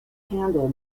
handle